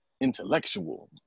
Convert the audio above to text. intellectual